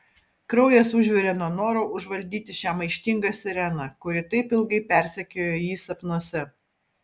kraujas užvirė nuo noro užvaldyti šią maištingą sireną kuri taip ilgai persekiojo jį sapnuose